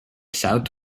south